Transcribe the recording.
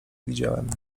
widziałem